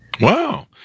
Wow